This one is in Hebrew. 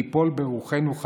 ליפול ברוחנו,